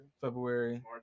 February